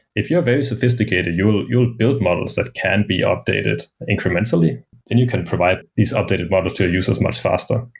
if you're very sophisticated, you will you will build models that can be updated incrementally and you can provide these updated models to users much faster.